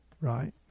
right